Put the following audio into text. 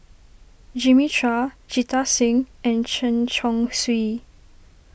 Jimmy Chua Jita Singh and Chen Chong Swee